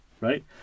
right